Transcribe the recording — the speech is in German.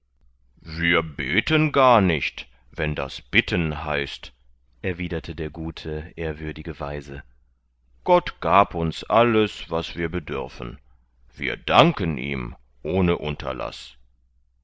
wir beten gar nicht wenn das bitten heißt erwiderte der gute ehrwürdige weise gott gab uns alles was wir bedürfen wir danken ihm ohne unterlaß